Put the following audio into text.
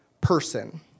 person